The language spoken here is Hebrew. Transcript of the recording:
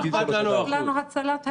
חשובה לנו הצלת הילדים.